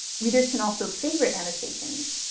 readers can also favorite annotations.